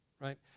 right